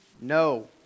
no